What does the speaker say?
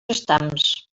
estams